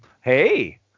Hey